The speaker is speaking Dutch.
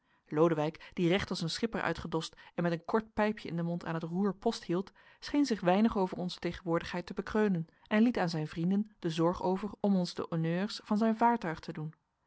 lodewijk die recht als een schipper uitgedost en met een kort pijpje in den mond aan het roer post hield scheen zich weinig over onze tegenwoordigheid te bekreunen en liet aan zijn vrienden de zorg over om ons de honneurs van zijn vaartuig te doen